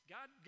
God